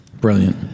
brilliant